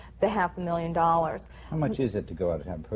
the half a million dollars. how much is it to go out of town,